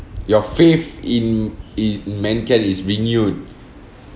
your faith in in mankind is renewed